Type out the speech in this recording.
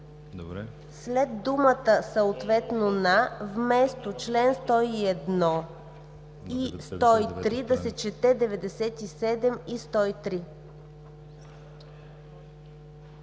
след думата „съответно на“ вместо чл. 101 и чл. 103, да се чете – 97 и 103.